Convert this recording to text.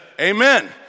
amen